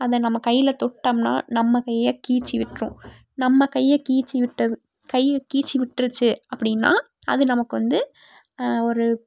அதை நம்ம கையில் தொட்டோம்னா நம்ம கையை கீச்சி விட்டுரும் நம்ம கையை கீச்சி விட்டது கையை கீச்சி விட்டுருச்சி அப்படின்னா அது நமக்கு வந்து ஒரு